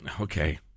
Okay